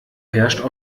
herrscht